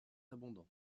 abondants